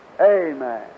Amen